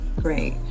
Great